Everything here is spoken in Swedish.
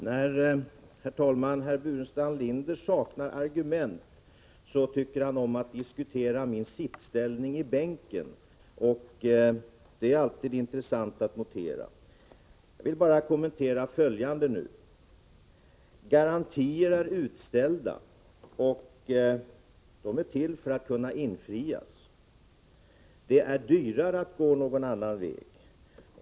Herr talman! När herr Burenstam Linder saknar argument tycker han om att diskutera min sittställning i bänken — det är alltid intressant att notera. Jag vill göra följande kommentar: Garantier är utställda, och de är till för att kunna infrias. Det är dyrare att gå någon annan väg.